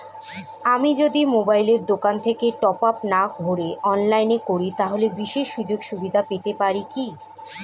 আমি যদি মোবাইলের দোকান থেকে টপআপ না ভরে অনলাইনে করি তাহলে বিশেষ সুযোগসুবিধা পেতে পারি কি?